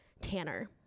Tanner